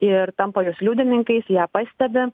ir tampa jos liudininkais ją pastebi